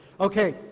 Okay